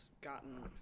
gotten